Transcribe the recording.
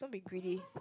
don't be greedy